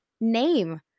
name